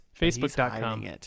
facebook.com